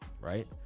right